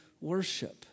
worship